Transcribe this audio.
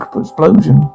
explosion